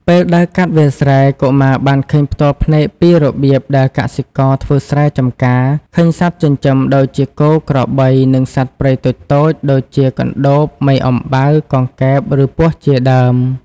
ពេលដើរកាត់វាលស្រែ កុមារបានឃើញផ្ទាល់ភ្នែកពីរបៀបដែលកសិករធ្វើស្រែ ចម្ការ ឃើញសត្វចិញ្ចឹមដូចជាគោ ក្របី និងសត្វព្រៃតូចៗ ដូចជាកណ្ដូប មេអំបៅ កង្កែប ឬពស់ជាដើម។